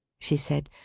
she said.